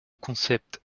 concept